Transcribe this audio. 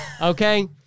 Okay